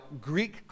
Greek